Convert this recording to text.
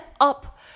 up